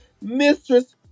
Mistress